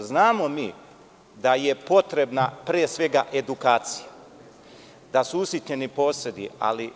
Znamo mi da je potrebna pre svega edukacija, da su usitnjeni posedi, ali